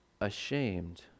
ashamed